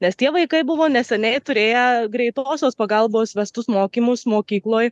nes tie vaikai buvo neseniai turėję greitosios pagalbos vestus mokymus mokykloj